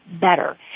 better